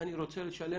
אני רוצה לשלם.